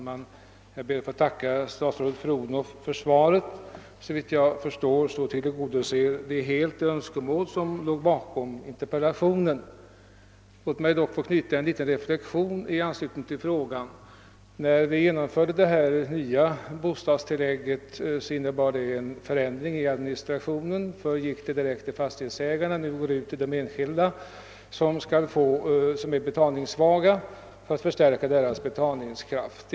Herr talman! Jag ber att få tacka statsrådet fru Odhnoff för svaret. Såvitt jag förstår tillgodoser det helt de önskemål som låg bakom min interpellation. Låt mig då få göra en liten reflexion i anslutning till frågan. När vi genomförde det nya bostadstillägget, innebar det en förändring i administrationen. Förr gick tillägget direkt till fastighetsägarna, men nu går det till de enskilda betalningssvaga för att stärka deras betalningskraft.